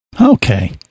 Okay